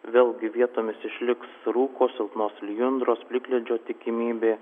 vėlgi vietomis išliks rūko silpnos lijundros plikledžio tikimybė